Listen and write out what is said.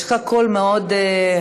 יש לך קול מאוד חזק.